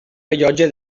rellotge